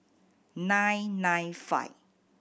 nine nine five